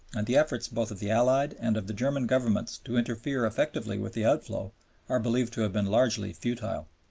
and the efforts both of the allied and of the german governments to interfere effectively with the outflow are believed to have been largely futile.